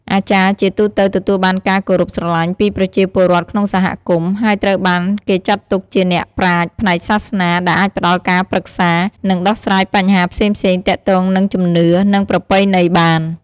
អាចារ្យជាទូទៅទទួលបានការគោរពស្រលាញ់ពីប្រជាពលរដ្ឋក្នុងសហគមន៍ ហើយត្រូវបានគេចាត់ទុកជាអ្នកប្រាជ្ញផ្នែកសាសនាដែលអាចផ្ដល់ការប្រឹក្សា និងដោះស្រាយបញ្ហាផ្សេងៗទាក់ទងនឹងជំនឿ និងប្រពៃណីបាន។